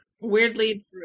Weirdly